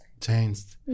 changed